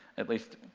at least,